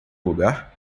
lugar